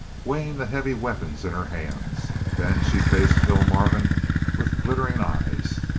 weighing the heavy weapons in her hands. then she faced phil marvin with glittering eyes.